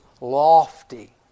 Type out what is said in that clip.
lofty